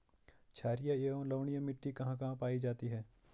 छारीय एवं लवणीय मिट्टी कहां कहां पायी जाती है?